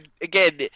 again